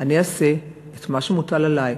אני אעשה את מה שמוטל עלי,